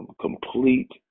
Complete